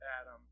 Adam